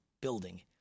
building